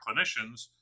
clinicians